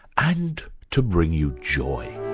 and to bring you joy.